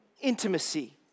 intimacy